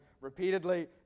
repeatedly